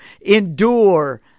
endure